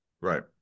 Right